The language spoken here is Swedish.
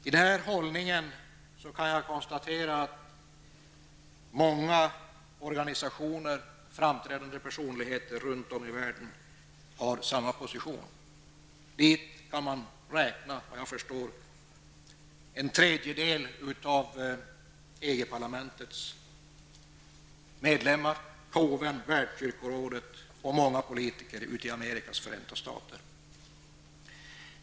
I denna fråga kan jag konstatera att många organisationer och framträdande personligheter runt om i världen har samma position. Dit kan man, vad jag förstår, räkna en tredjedel av EG parlamentets medlemmar, påven, världskyrkorådet och många politiker i Amerikas förenta stater.